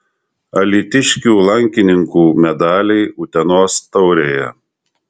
alytiškių lankininkų medaliai utenos taurėje